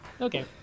Okay